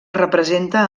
representa